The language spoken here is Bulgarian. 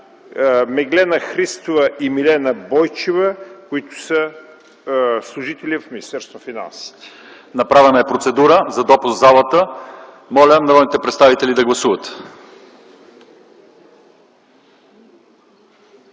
Меглена Христова и госпожа Милена Бойчева, които са служители в Министерството на финансите.